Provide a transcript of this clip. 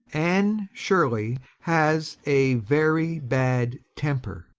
ann shirley has a very bad temper.